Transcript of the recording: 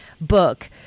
book